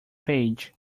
page